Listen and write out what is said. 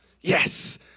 Yes